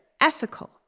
ethical